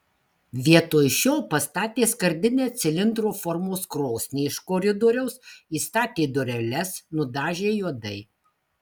vietoj šio pastatė skardinę cilindro formos krosnį iš koridoriaus įstatė dureles nudažė juodai